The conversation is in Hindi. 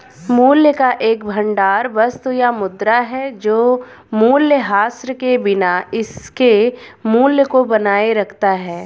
मूल्य का एक भंडार वस्तु या मुद्रा है जो मूल्यह्रास के बिना इसके मूल्य को बनाए रखता है